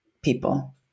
people